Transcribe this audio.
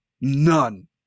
None